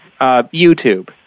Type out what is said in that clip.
YouTube